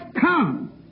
come